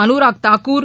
Anurag Tagore